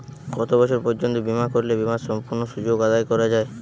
কত বছর পর্যন্ত বিমা করলে বিমার সম্পূর্ণ সুযোগ আদায় করা য়ায়?